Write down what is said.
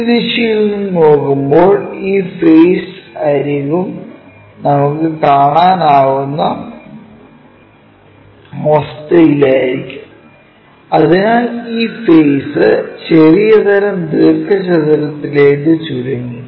ഈ ദിശയിൽ നിന്ന് നോക്കുമ്പോൾ ഈ ഫേസും അരിക്കും നമുക്ക് കാണാനാകുന്ന അവസ്ഥയിലായിരിക്കും അതിനാൽ ഈ ഫേസ് ചെറിയ തരം ദീർഘചതുരത്തിലേക്ക് ചുരുങ്ങി